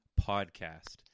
podcast